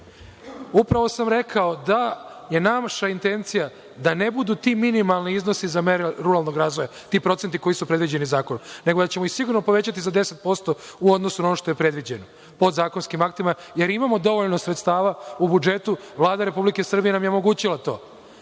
upravo sam rekao da je naša intencija da ne budu ti minimalni iznosi za mere ruralnog razvoja, ti procenti koji su predviđeni zakonom, nego da ćemo ih sigurno povećati za 10% u odnosu na ono što je predviđeno, podzakonskim aktima, jer imamo dovoljno sredstava u budžetu. Vlada Republike Srbije nam je omogućila to,